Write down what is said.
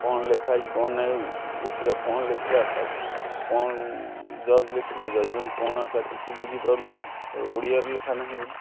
କ'ଣ ଲେଖା ହେଇଛି କ'ଣ ନାହିଁ ଓକିଲ କ'ଣ ଲେଖିଲା ତାକୁ କ'ଣ ଜଜ୍ ଲେଖିଲେ ଜଜମେଣ୍ଟ କ'ଣ ଆସିଲା କିଛି ବୁଝିପାରୁନି ସେ ଓଡ଼ିଆରେ ଲେଖା ନାହିଁ ବୋଲି